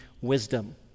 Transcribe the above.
wisdom